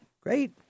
Great